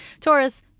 Taurus